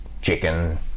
chicken